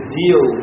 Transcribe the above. deal